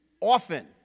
Often